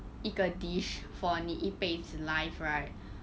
一个 dish for 你一辈子 life right